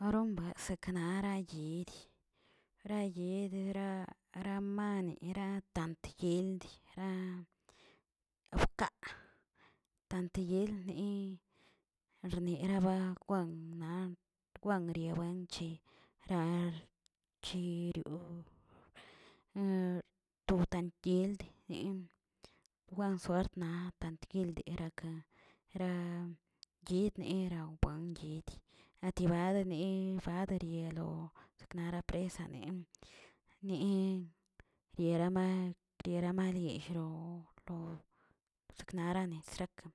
Aron bue sekena yidg ra yed, ra ra mane ra tielgd, ra ofrka', tanteyelni rnieraba wan- wanriagrench rarkirio' tontatield gwan suertnaꞌ tguildꞌ gueraka, ra guidnira wbangui latiba dini baderia lo seknara presame ni- nierama nierama liellro lo lozeknarani sakra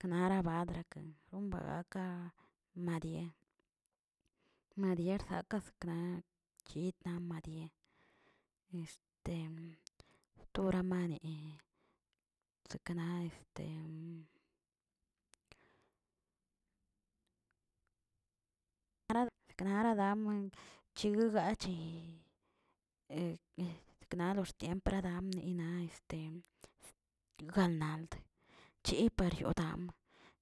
kanara badraka mbagaka madie madir ksakzkna kitna madie, stora mane sekna seknara dan chigugache seknar loxtimepra ran yina gan nald, chi paryodam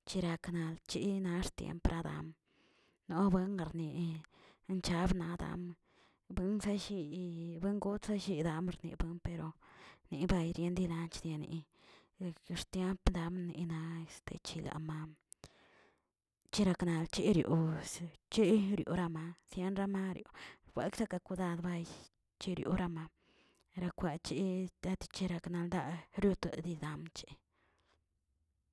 chirakanald chi naꞌ axttiempradam, na buen garnier mchabnadam buisalliyi buikotza chidambrnia pero ni bay nindelanch deani ekix tiemp dam nina este chilama chirakna cherios cheꞌ cheriorama anramarioꞌ fuekseke kodad bay cheriora ma, rakwa chi chechterik nalda roto dii dam.